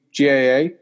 GAA